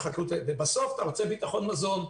ובסוף, אתה רוצה ביטחון מזון,